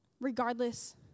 regardless